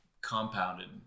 compounded